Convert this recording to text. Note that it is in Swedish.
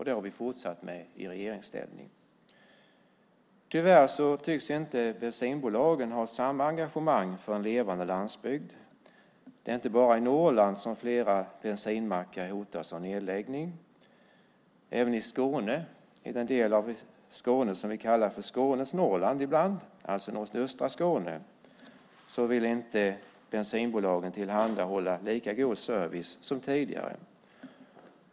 Det har vi fortsatt med i regeringsställning. Tyvärr tycks inte bensinbolagen ha samma engagemang för en levande landsbygd. Det är inte bara i Norrland som flera bensinmackar hotas av nedläggning. Även i den del av Skåne som vi ibland kallar Skåne-Småland, alltså nordöstra Skåne, vill inte bensinbolagen tillhandahålla lika god service som tidigare.